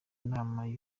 inama